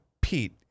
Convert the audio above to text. Pete